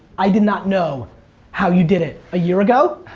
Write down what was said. i did not know how you did it a year ago.